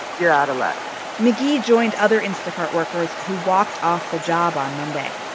you're out of luck mcghee joined other instacart workers who walked off the job on monday.